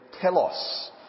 telos